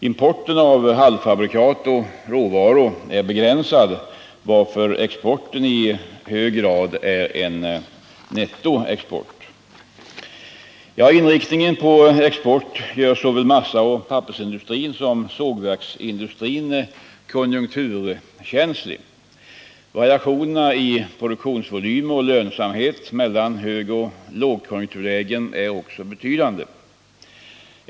Importen av halvfabrikat och råvaror är begränsad, varför exporten i hög grad är en nettoexport. Inriktningen på export gör såväl massaoch pappersindustrin som sågverksindustrin konjunkturkänsliga. Variationerna i produktionsvolym och lönsamhet mellan högoch lågkonjunkturlägen är betydande.